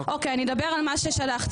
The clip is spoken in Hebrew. אני אדבר על מה ששלחתי.